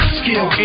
skill